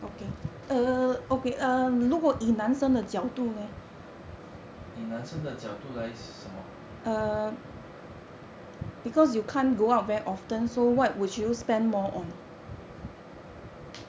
以男生的角度来什么